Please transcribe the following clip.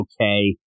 okay